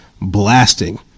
blasting